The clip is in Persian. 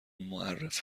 معرف